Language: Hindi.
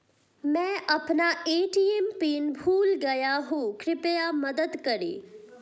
मैं अपना ए.टी.एम पिन भूल गया हूँ कृपया मदद करें